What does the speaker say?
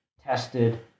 tested